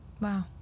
Wow